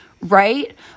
right